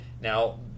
Now